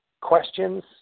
questions